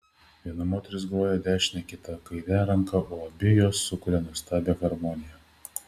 viena moteris groja dešine kita kaire ranka o abi jos sukuria nuostabią harmoniją